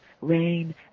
rain